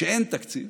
כשאין תקציב,